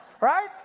Right